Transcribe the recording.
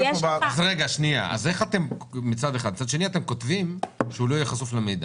אך מצד שני אתם כותבים שהוא לא יהיה חשוף למידע.